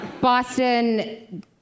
Boston